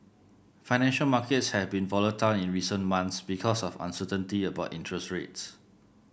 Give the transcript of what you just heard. financial markets have been volatile in recent months because of uncertainty about interest rates